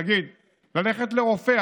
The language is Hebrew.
נגיד ללכת לרופא.